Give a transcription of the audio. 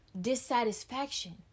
dissatisfaction